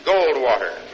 Goldwater